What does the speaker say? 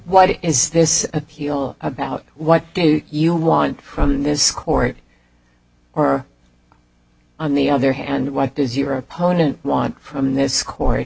why did this appeal about what do you want from this court on the other hand what does your opponent want from this court